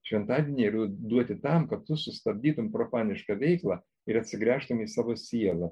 šventadieniai yra duoti tam kad tu sustabdytum profanišką veiklą ir atsigręžtum į savo sielą